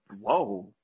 whoa